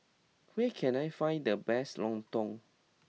where can I find the best Lontong